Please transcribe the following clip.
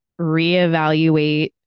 reevaluate